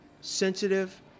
sensitive